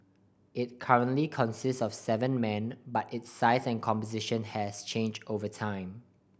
it currently consists of seven men but its size and composition has changed over time